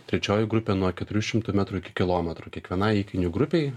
trečioji grupė nuo keturių šimtų metrų iki kilometro kiekvienai įkainių grupei